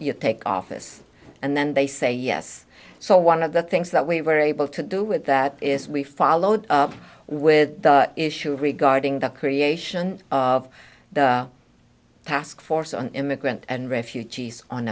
you take office and then they say yes so one of the things that we were able to do with that is we followed up with issue regarding the creation of the task force on immigrant and refugees on